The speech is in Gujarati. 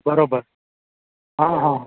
બરોબર હા હા